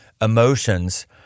emotions